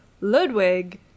ludwig